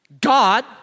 God